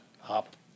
hop